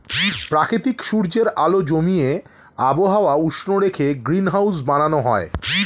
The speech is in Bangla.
প্রাকৃতিক সূর্যের আলো জমিয়ে আবহাওয়া উষ্ণ রেখে গ্রিনহাউস বানানো হয়